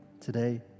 today